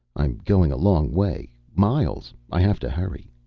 i'm going a long way. miles. i have to hurry.